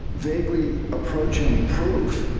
vaguely approaching proof,